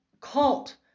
cult